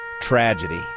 tragedy